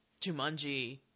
Jumanji